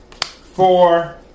Four